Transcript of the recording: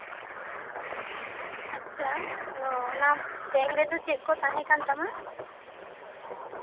ᱟᱪᱪᱷᱟ ᱛᱳ ᱚᱱᱟ ᱵᱮᱜᱽᱨᱮᱫᱚ ᱪᱮᱫ ᱠᱚ ᱛᱟᱦᱮ ᱠᱟᱱ ᱛᱟᱢᱟ